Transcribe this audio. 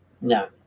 No